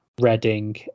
Reading